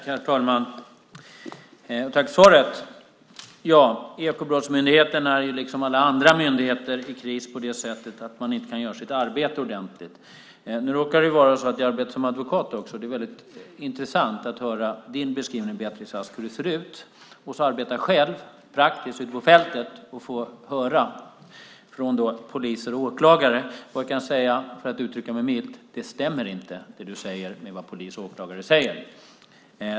Herr talman! Tack för svaret! Ekobrottsmyndigheten är liksom alla andra myndigheter i kris på det sättet att den inte kan göra sitt arbete ordentligt. Nu råkar det vara så att jag arbetar som advokat också. Det är väldigt intressant att höra din beskrivning av hur det ser ut, Beatrice Ask. Jag arbetar själv praktiskt ute på fältet och får höra från poliser och åklagare. Jag kan säga, för att uttrycka mig milt, att det du säger inte stämmer med vad polis och åklagare säger.